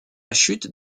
chute